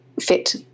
fit